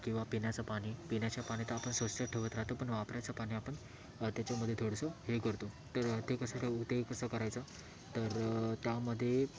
किंवा पिण्याचं पाणी पिण्याचे पाणी तर आपण स्वच्छ तर ठेवत राहतो पण वापरायचं पाणी आपण त्याच्यामध्ये आपण थोडंसं हे करतो तर ते कसं का ते कसं करायचं तर त्यामध्ये